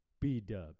B-Dubs